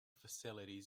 facilities